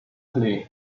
claim